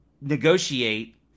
negotiate